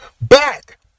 back